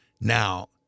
now